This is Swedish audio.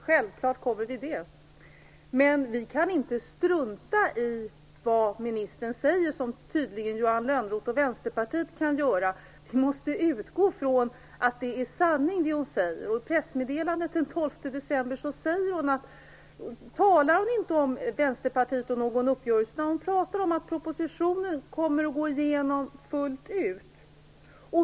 Fru talman! Självfallet kommer vi att göra det. Men vi kan inte strunta i vad ministern säger, vilket tydligen Johan Lönnroth och Vänsterpartiet kan göra. Vi måste utgå från att det hon säger är sanning, och i pressmeddelandet den 12 december talar hon inte om någon uppgörelse med Vänsterpartiet, utan hon skriver att propositionen kommer att gå igenom fullt ut.